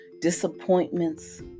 disappointments